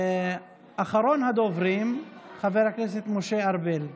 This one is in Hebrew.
אחרון הדוברים, חבר הכנסת משה ארבל.